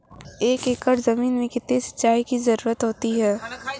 एक एकड़ ज़मीन में कितनी सिंचाई की ज़रुरत होती है?